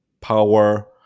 power